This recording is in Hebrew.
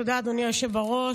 תודה, אדוני היושב בראש.